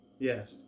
Yes